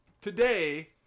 Today